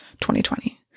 2020